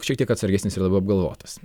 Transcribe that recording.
šiek tiek atsargesnis ir labiau apgalvotas